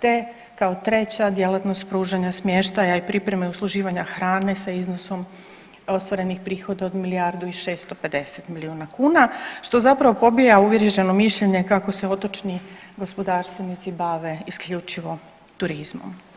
te kao treća djelatnost pružanja smještaja i pripreme usluživanja hrane sa iznosom ostvarenih prihoda od milijardu i 650 milijuna kuna, što zapravo pobija uvriježeno mišljenje kako se otočni gospodarstvenici bave isključivo turizmom.